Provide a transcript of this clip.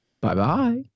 Bye-bye